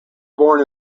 born